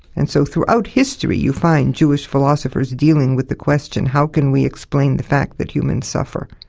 and so throughout history you find jewish philosophers dealing with the question how can we explain the fact that humans suffer,